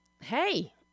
Hey